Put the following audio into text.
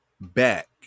back